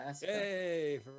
Hey